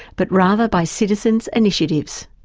but rather by citizen initiatives.